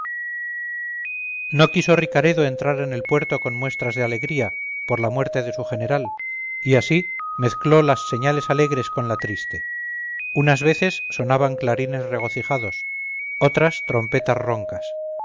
no quiso ricaredo entrar en el puerto con muestras de alegría por la muerte de su general y así mezcló las señales alegres con las triste unas veces sonaban clarines regocijados otras trompetas roncas